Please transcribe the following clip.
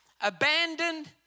abandoned